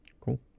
Cool